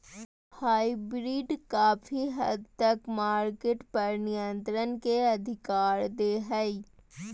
hybrid काफी हद तक मार्केट पर नियन्त्रण के अधिकार दे हय